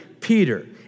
Peter